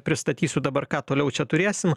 pristatysiu dabar ką toliau čia turėsim